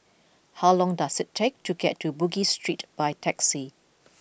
how long does it take to get to Bugis Street by taxi